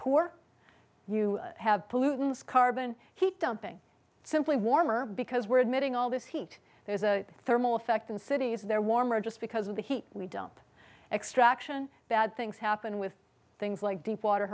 poor you have pollutants carbon heat dumping simply warmer because we're admitting all this heat there's a thermal effect in cities they're warmer just because of the heat we dump extraction bad things happen with things like deepwater